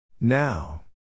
Now